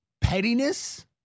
pettiness